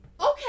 Okay